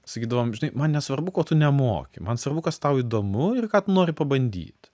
sakydavom žinai man nesvarbu ko tu nemoki man svarbu kas tau įdomu ir ką tu nori pabandyt